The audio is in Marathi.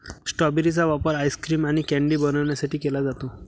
स्ट्रॉबेरी चा वापर आइस्क्रीम आणि कँडी बनवण्यासाठी केला जातो